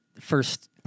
first